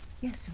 Yes